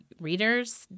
readers